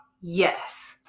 Yes